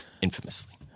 Infamously